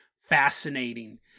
fascinating